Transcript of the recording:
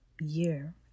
year